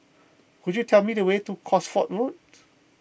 could you tell me the way to Cosford Road